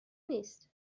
نیست